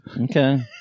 Okay